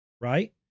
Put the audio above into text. Right